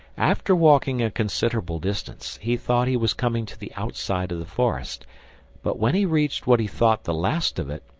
after walking a considerable distance, he thought he was coming to the outside of the forest but when he reached what he thought the last of it,